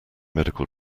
medical